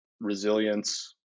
resilience